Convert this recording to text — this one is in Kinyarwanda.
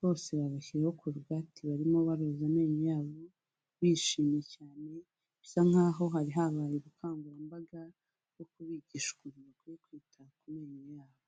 bose babashyiriyeho korogati barimo baroza amenyo yabo, bishimye cyane, bisa nkaho hari habaye ubukangurambaga bwo kubigisha ukuntu bakwiye kwita ku menyo yabo.